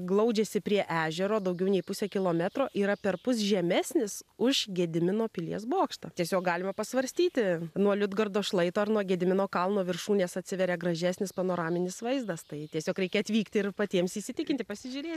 glaudžiasi prie ežero daugiau nei pusę kilometro yra perpus žemesnis už gedimino pilies bokštą tiesiog galima pasvarstyti nuo liudgardo šlaito ar nuo gedimino kalno viršūnės atsiveria gražesnis panoraminis vaizdas tai tiesiog reikia atvykti ir patiems įsitikinti pasižiūrėti